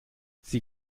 sie